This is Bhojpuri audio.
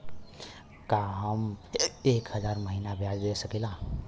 का हम एक हज़ार महीना ब्याज दे सकील?